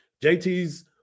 JT's